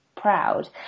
proud